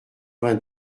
vingt